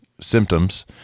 symptoms